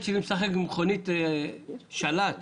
הנכד שלי משחק במכונית עם שלט רחוק.